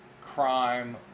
crime